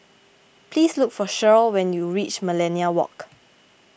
please look for Shirl when you reach Millenia Walk